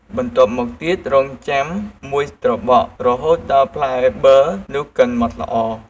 បន្ទាប់មកទៀត រង់ចាំមួយស្របក់ រហូតដល់ផ្លែប័រនោះកិនម៉ដ្ឋល្អ។